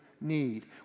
need